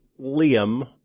Liam